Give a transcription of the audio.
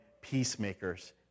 peacemakers